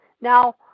Now